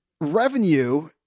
revenue